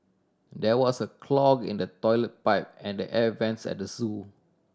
there was a clog in the toilet pipe and the air vents at the zoo